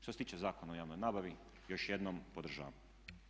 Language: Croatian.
Što se tiče Zakona o javnoj nabavi još jednom podržavam.